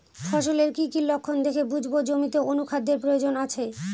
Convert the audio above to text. ফসলের কি কি লক্ষণ দেখে বুঝব জমিতে অনুখাদ্যের প্রয়োজন আছে?